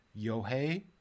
Yohei